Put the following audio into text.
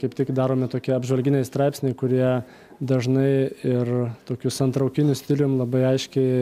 kaip tik daromi tokie apžvalginiai straipsniai kurie dažnai ir tokių santraukiniu stiliumi labai aiškiai